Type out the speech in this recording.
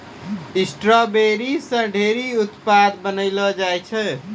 strawberry से ढेरी उत्पाद बनैलो जाय छै